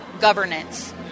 governance